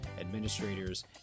administrators